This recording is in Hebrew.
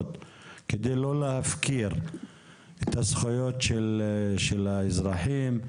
כדי לא להפקיר את הזכויות של האזרחים.